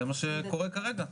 זה מה שקורה כרגע.